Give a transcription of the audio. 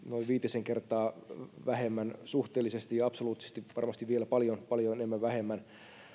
noin viitisen kertaa vähemmän suhteellisesti ja absoluuttisesti varmasti vielä paljon paljon enemmän vähemmän